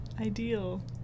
ideal